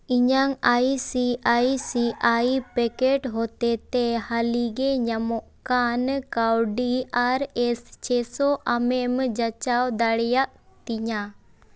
ᱤᱧᱟᱹᱜ I C I C I packet ᱦᱚᱛᱮᱛᱮ ᱦᱟᱹᱞᱤᱜᱮ ᱧᱟᱢᱚᱜ ᱠᱟᱱ ᱠᱟᱹᱣᱰᱤ ᱟᱨ ᱮᱥ ᱪᱷᱮᱥᱚ ᱟᱢᱮᱢ ᱡᱟᱪᱟᱣ ᱫᱟᱲᱮᱭᱟᱜ ᱛᱤᱧᱟᱹ